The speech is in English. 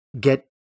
get